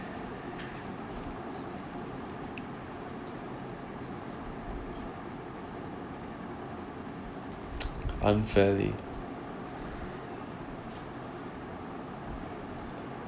unfairly